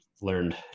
learned